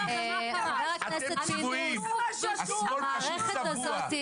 אתם צבועים, השמאל פשוט צבוע.